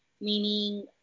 Meaning